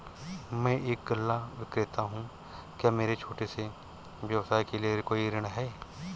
मैं एक गल्ला विक्रेता हूँ क्या मेरे छोटे से व्यवसाय के लिए कोई ऋण है?